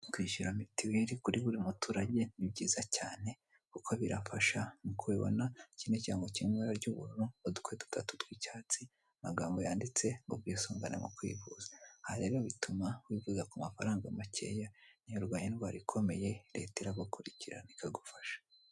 Kwishyura mituweli kuri buri muturage ni byiza cyane kuko birafasha, nkuko ububona iki ni ikirango kiri mu ibara ry'ubururu udutwe dutatu tw'icyatsi amagambogambo yanditse ubwisungane mu kwivuza, aha rero bituma wifuza ku mafaranga makeya niyo urwaye indwara ikomeye leta iragukurikirana ikagufasha.